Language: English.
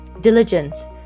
diligence